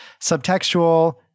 Subtextual